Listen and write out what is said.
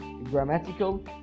grammatical